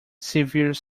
severe